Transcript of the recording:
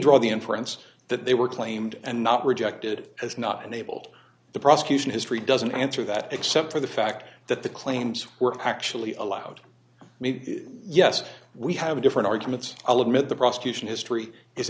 draw the inference that they were claimed and not rejected as not enabled the prosecution history doesn't answer that except for the fact that the claims were actually allowed me yes we have different arguments i'll admit the prosecution history is